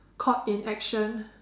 caught in action